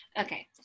Okay